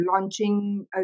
launching